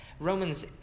Romans